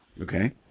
Okay